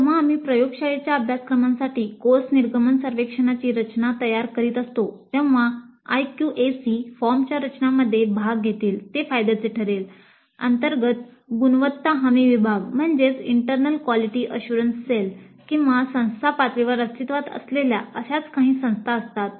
म्हणून जेव्हा आम्ही प्रयोगशाळेच्या अभ्यासक्रमांसाठी कोर्स निर्गमन सर्वेक्षणाची रचना तयार करीत असतो तेव्हा आयक्यूएसी किंवा संस्था पातळीवर अस्तित्त्वात असलेल्या अशाच काही संस्था असतात